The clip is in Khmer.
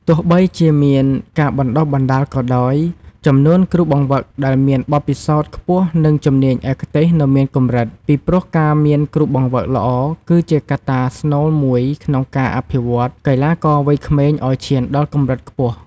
ទោះបីជាមានការបណ្តុះបណ្តាលក៏ដោយ ចំនួនគ្រូបង្វឹកដែលមានបទពិសោធន៍ខ្ពស់ និងជំនាញឯកទេសនៅមានកម្រិត ពីព្រោះការមានគ្រូបង្វឹកល្អគឺជាកត្តាស្នូលមួយក្នុងការអភិវឌ្ឍន៍កីឡាករវ័យក្មេងឱ្យឈានដល់កម្រិតខ្ពស់។